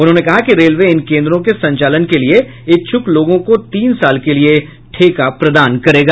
उन्होने कहा कि रेलवे इन केंद्रों के संचालन के लिये इच्छुक लोगों को तीन साल के लिए ठेका प्रदान करेगा